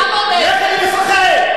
ממך אני מפחד?